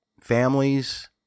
families